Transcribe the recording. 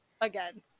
again